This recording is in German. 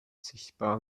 sichtbar